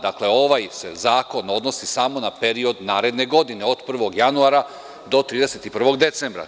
Dakle, ovaj zakon se odnosi samo na period naredne godine, od 1. januara do 31. decembra.